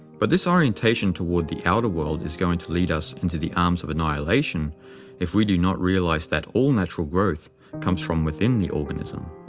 but this orientation toward the outer world is going to lead us into the arms of annihilation if we do not realize that all natural growth comes from within the organism.